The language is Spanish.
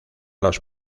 los